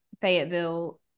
Fayetteville